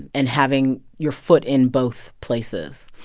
and having your foot in both places,